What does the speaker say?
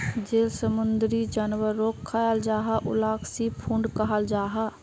जेल समुंदरी जानवरोक खाल जाहा उलाक सी फ़ूड कहाल जाहा